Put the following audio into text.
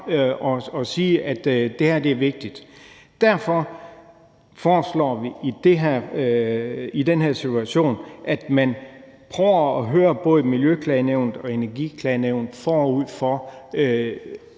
og sige, at det her er vigtigt. Derfor foreslår vi i den her situation, at man prøver at høre både Miljøklagenævnet og Energiklagenævnet, forud for